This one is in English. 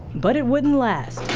but it wouldn't last.